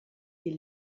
die